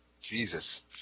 Jesus